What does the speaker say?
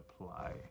apply